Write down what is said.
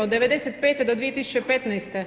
Od '95. do 2015.